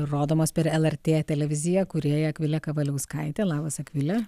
rodomos per lrt televiziją kūrėja akvilė kavaliauskaitė labas akvile